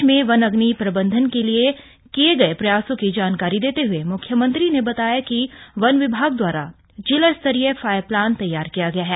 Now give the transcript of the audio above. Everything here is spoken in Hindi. प्रदेश में वनाग्नि प्रबंधन के लिए किए गए प्रयासों की जानकारी देते हुए मुख्यमंत्री ने बताया कि वन विभाग द्वारा जिलास्तरीय फायर प्लान तैयार कर लिया गया है